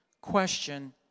question